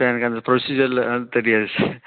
sir எனக்கு அந்த ப்ரொசிஜர்லாம் தெரியாது சார்